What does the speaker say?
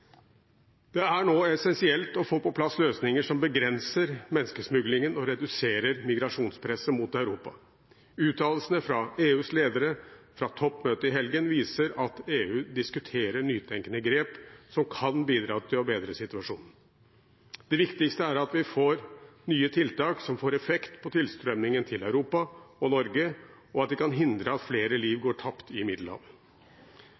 Det er nå essensielt å få på plass løsninger som begrenser menneskesmuglingen og reduserer migrasjonspresset mot Europa. Uttalelsene fra EUs ledere fra toppmøtet i helgen viser at EU diskuterer nytenkende grep som kan bidra til å bedre situasjonen. Det viktigste er at vi får nye tiltak som får effekt på tilstrømmingen til Europa og Norge, og at de kan hindre at flere liv